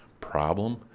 problem